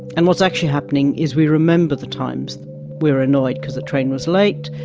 and what's actually happening is we remember the times we were annoyed because the train was late.